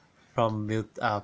from wilt